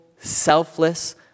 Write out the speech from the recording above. selfless